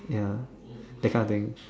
ya that kind of thing